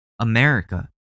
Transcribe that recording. America